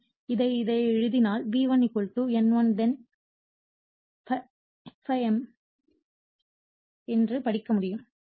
எனவே இதை இதை எழுதினால் V1 N1 then ∅ m என்று படிக்க முடியும்